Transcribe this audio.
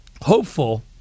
hopeful